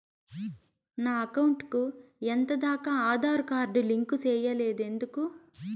నా అకౌంట్ కు ఎంత దాకా ఆధార్ కార్డు లింకు సేయలేదు ఎందుకు